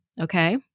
Okay